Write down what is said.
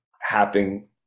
happening